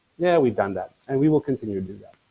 yeah, we've done that and we will continue to do that.